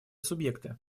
субъекты